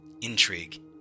intrigue